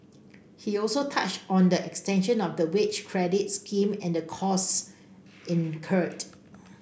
he also touched on the extension of the wage credit scheme and the costs incurred